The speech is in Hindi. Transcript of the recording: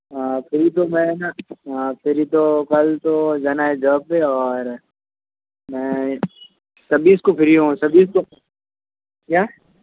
हाँ फ़्री तो मैं ना हाँ फ़्री तो कल तो जाना है जॉब पे और मैं छब्बीस को फ़्री हूँ छब्बीस को क्या